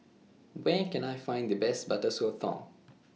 Where Can I Find The Best Butter Sotong